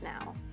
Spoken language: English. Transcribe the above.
now